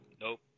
Nope